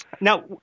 Now